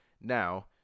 Now